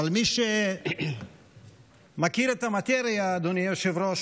אבל מי שמכיר את המטריה, אדוני היושב-ראש,